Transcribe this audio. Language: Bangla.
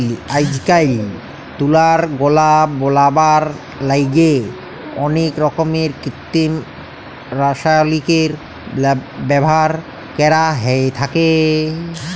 আইজকাইল তুলার গলা বলাবার ল্যাইগে অলেক রকমের কিত্তিম রাসায়লিকের ব্যাভার ক্যরা হ্যঁয়ে থ্যাকে